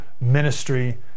ministry